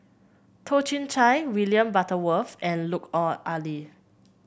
Toh Chin Chye William Butterworth and Lut Oh Ali